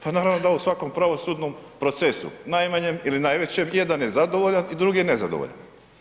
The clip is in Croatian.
Pa naravno da u svakom pravosudnom procesu, najmanjem ili najvećem, jedan je zadovoljan i drugi je nezadovoljan.